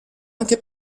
anche